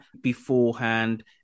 beforehand